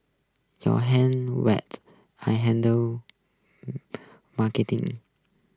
your hand wed I handle marketing